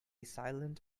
silent